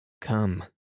Come